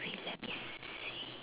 wait let me see